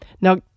Now